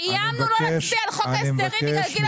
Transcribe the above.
איימנו לא להצביע על חוק ההסדרים בגלל גיל הפרישה.